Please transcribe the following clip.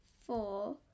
four